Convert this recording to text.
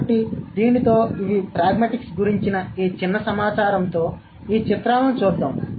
కాబట్టి దీనితో ఇవి ప్రాగ్మాటిక్స్ గురించిన ఈ చిన్న సమాచారంతో ఈ చిత్రాలను చూద్దాం